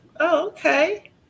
okay